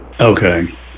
Okay